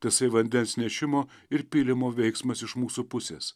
tasai vandens nešimo ir pylimo veiksmas iš mūsų pusės